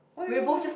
why you got blur